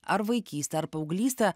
ar vaikystę ar paauglystę